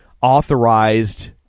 Authorized